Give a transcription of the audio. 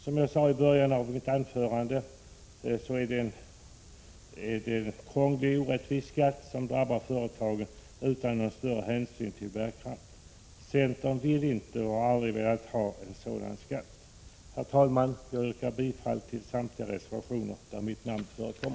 Som jag sade i början av mitt anförande är detta en krånglig och orättvis skatt, som drabbar företagen utan större hänsyn till bärkraft. Centern vill inte ha — och har aldrig velat ha — en sådan skatt. Herr talman! Jag yrkar bifall till samtliga reservationer där mitt namn förekommer.